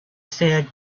said